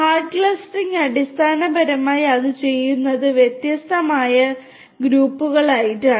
hard clustering അടിസ്ഥാനപരമായി അത് ചെയ്യുന്നത് വ്യത്യസ്തമായ വ്യത്യസ്ത ഗ്രൂപ്പുകളായിട്ടാണ്